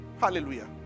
Hallelujah